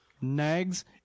Nags